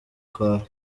kwawe